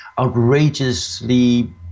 outrageously